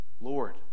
Lord